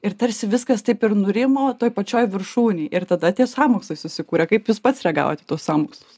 ir tarsi viskas taip ir nurimo toj pačioj viršūnėj ir tada tie sąmokslai susikuria kaip jūs pats reagavot į tuos sąmokslus